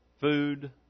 Food